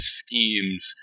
schemes